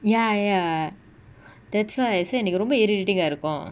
ya ya that's why I say இண்டைக்கு ரொம்ப:indaiku romba irritating ah இருக்கு:iruku